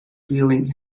feeling